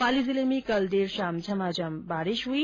पाली जिले में कल देर शाम झमाझम बारिश हुई